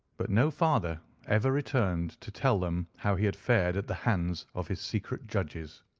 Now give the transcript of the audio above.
but no father ever returned to tell them how he had fared at the hands of his secret judges.